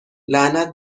لعنت